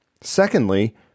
Secondly